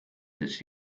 this